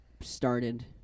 started